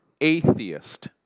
atheist